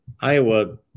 Iowa